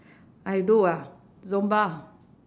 I do ah zumba